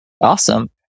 Awesome